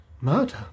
Murder